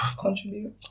contribute